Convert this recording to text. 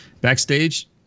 Backstage